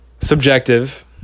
subjective